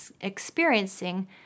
experiencing